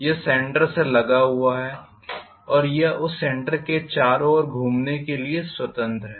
यह सेंटर से लगा हुआ है और यह उस सेंटर के चारों ओर घूमने के लिए स्वतंत्र है